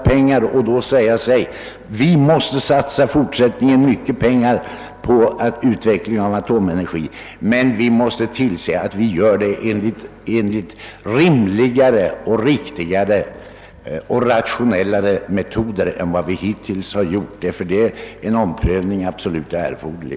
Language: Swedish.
Om vi kommer fram till att vi även i fortsättningen måste satsa stora belopp på utveckling av atomenergiverksamheten måste vi se till att metoderna blir rimligare, riktigare och rationellare än de varit hittills. Därför är en omprövning absolut nödvändig.